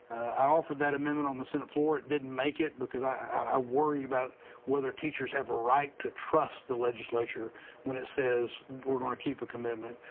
i offered that amendment on the senate floor, it didn't make it because i i worry about whether teachers have a right to trust the legislature when it says we're gonna keep a commitment.